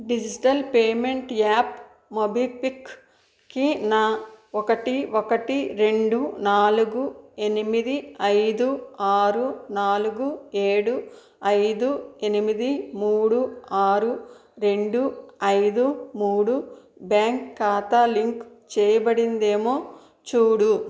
digital payment app మోబిక్విక్కి నా ఒకటి ఒకటి రెండు నాలుగు ఎనిమిది ఐదు ఆరు నాలుగు ఏడు ఐదు ఎనిమిది మూడు ఆరు రెండు ఐదు మూడు బ్యాంక్ ఖాతా లింక్ చేయబడిందేమో చూడు